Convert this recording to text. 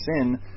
sin